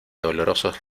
olorosos